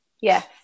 yes